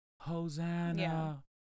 Hosanna